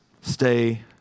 stay